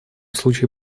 случае